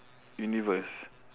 universe